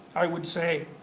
i would say,